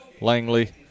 Langley